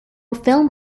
film